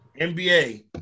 NBA